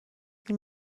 این